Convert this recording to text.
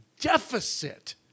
deficit